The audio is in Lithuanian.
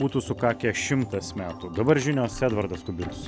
būtų sukakę šimtas metų dabar žinios edvardas kubilius